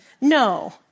No